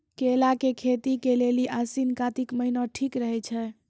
केला के खेती के लेली आसिन कातिक महीना ठीक रहै छै